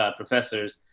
ah professors,